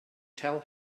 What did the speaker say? tell